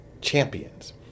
champions